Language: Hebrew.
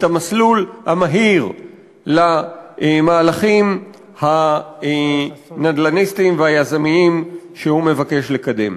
את המסלול המהיר למהלכים הנדל"ניסטיים והיזמיים שהוא מבקש לקדם.